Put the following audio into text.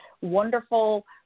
wonderful